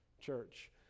church